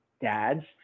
dads